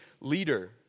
leader